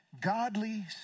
Godly